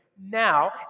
Now